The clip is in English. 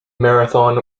marathon